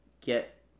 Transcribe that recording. get